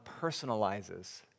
personalizes